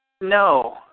No